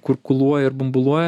kurkuluoja ir bumbuluoja